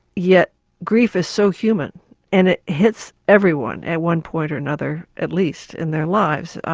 yet grief is so human and it hits everyone at one point or another, at least, in their lives.